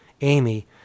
Amy